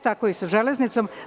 Tako je i sa železnicom.